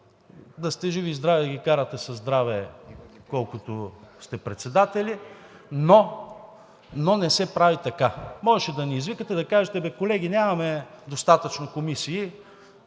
Да сте живи и здрави да ги карате със здраве, колкото сте председатели, но не се прави така. Можеше да ни извикате, да кажете: „А бе, колеги, нямаме достатъчно комисии.